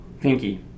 Pinky